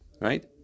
Right